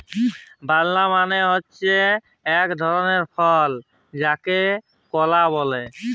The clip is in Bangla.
বালালা মালে হছে ইক ধরলের ফল যাকে কলা ব্যলে